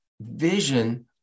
Vision